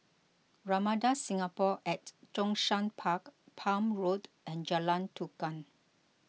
Ramada Singapore at Zhongshan Park Palm Road and Jalan Tukang